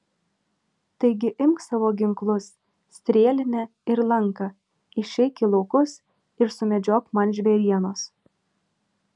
taigi imk savo ginklus strėlinę ir lanką išeik į laukus ir sumedžiok man žvėrienos